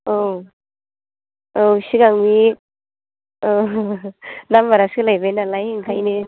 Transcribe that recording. औ औ सिगांनि औ नाम्बारा सोलायबाय नालाय ओंखायनो